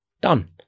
done